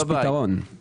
יש פתרון.